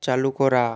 চালু করা